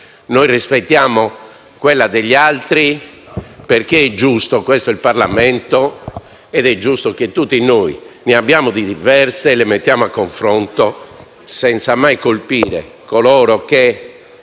Noi rispettiamo le posizioni degli altri perché è giusto, questo è il Parlamento ed è giusto che tutti noi ne abbiamo diverse e noi le mettiamo a confronto senza mai colpire coloro che